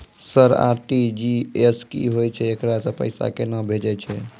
Sir RTGS की होय छै, एकरा से पैसा केना भेजै छै?